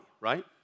right